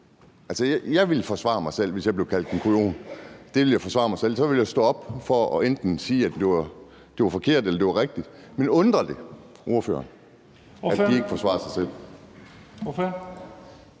Altså, jeg ville forsvare mig selv, hvis jeg blev kaldt en kujon. Der ville jeg forsvare mig selv, og så ville jeg stå op for enten at sige, at det var forkert, eller at det var rigtigt. Men undrer det ordføreren, at de ikke forsvarer sig selv? Kl.